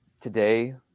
Today